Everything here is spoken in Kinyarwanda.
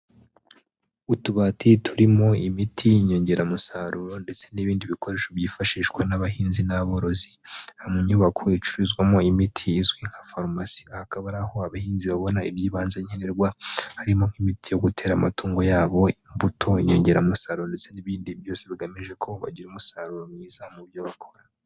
Utubati turimo imiti nyongeramusaruro ndetse n'ibindi bikoresho byifashishwa n'abahinzi n'aborozi mu nyubako icururizwamo imiti izwi nka farumasi. Aha hakaba ari aho abahinzi babona iby'ibanze nkenerwa harimo nk'imiti yo gutera amatungo yabo, imbuto, inyongeramusaruro, ndetse n'ibindi byose bigamijeko bagira umusaruro mwiza mu byo bakora.